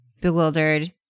bewildered